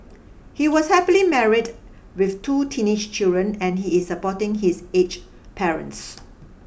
he was happily married with two teenage children and he is supporting his aged parents